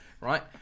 right